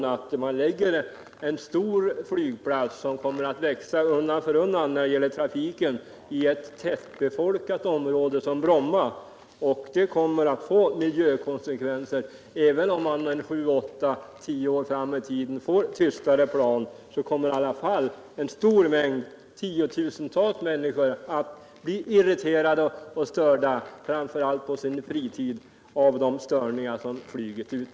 Lägger man en stor flygplats, som kommer att växa undan för undan när det gäller trafiken, i ett tätbefolkat område som Bromma, kommer man inte ifrån miljökonsekvenser, även om man om sju eller tio år fått tystare plan. I varje fall kommer tiotusentals människor att bli irriterade och störda, framför allt på sin fritid, av flyget.